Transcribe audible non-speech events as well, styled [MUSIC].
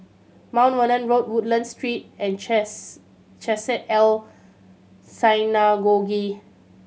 Mount Vernon Road Woodlands Street and [UNINTELLIGIBLE] Chesed El Synagogue